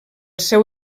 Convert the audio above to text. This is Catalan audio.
seu